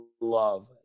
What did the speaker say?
love